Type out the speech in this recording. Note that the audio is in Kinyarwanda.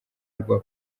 rwa